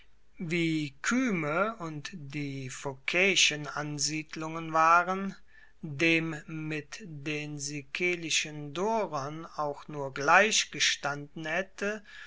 wie kyme und die phokaeischen ansiedlungen waren dem mit den sikelischen dorern auch nur gleichgestanden haette